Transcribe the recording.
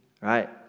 right